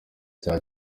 cya